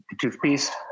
toothpaste